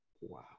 Wow